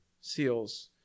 seals